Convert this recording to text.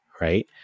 right